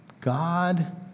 God